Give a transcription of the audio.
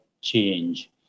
change